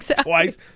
Twice